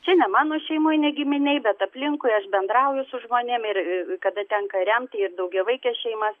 čia ne mano šeimoj ne gimėj bet aplinkui aš bendrauju su žmonėm ir kada tenka remti ir daugiavaikes šeimas